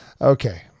Okay